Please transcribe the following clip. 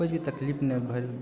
कोइ चीजके तकलीफ नहि भेल